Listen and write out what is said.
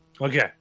Okay